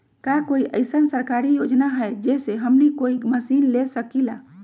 का कोई अइसन सरकारी योजना है जै से हमनी कोई मशीन ले सकीं ला?